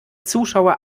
zuschauer